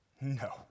No